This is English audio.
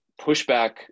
pushback